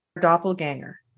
doppelganger